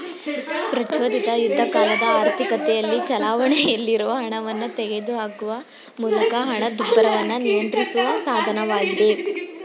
ಪ್ರಚೋದಿತ ಯುದ್ಧಕಾಲದ ಆರ್ಥಿಕತೆಯಲ್ಲಿ ಚಲಾವಣೆಯಲ್ಲಿರುವ ಹಣವನ್ನ ತೆಗೆದುಹಾಕುವ ಮೂಲಕ ಹಣದುಬ್ಬರವನ್ನ ನಿಯಂತ್ರಿಸುವ ಸಾಧನವಾಗಿದೆ